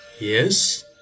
Yes